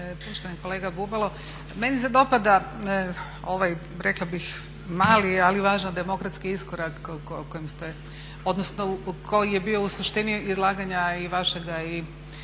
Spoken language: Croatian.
Poštovani kolega Bubalo, meni se dopada ovaj rekla bih mali ali važan demokratski iskorak o kojem ste, odnosno koji je bio u suštini izlaganja i vašega i